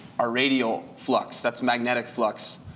are radio flux, that's magnetic flux.